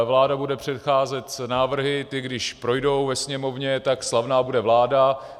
Vláda bude přicházet s návrhy, ty když projdou ve Sněmovně, tak slavná bude vláda.